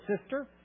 sister